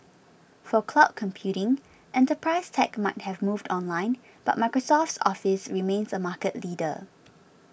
for cloud computing enterprise tech might have moved online but Microsoft's Office remains a market leader